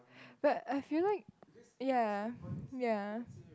but I feel like ya ya